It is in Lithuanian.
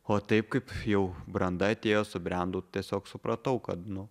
o taip kaip jau branda atėjo subrendau tiesiog supratau kad nu